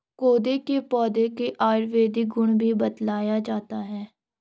कोदो के पौधे का आयुर्वेदिक गुण भी बतलाया जाता है